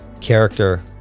character